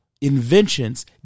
inventions